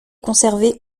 conservée